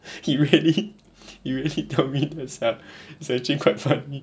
he really he really told me that sia it's actually quite funny